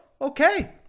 Okay